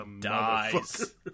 dies